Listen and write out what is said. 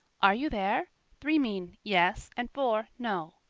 are you there three mean yes and four no.